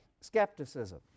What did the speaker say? skepticism